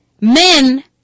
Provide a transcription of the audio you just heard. men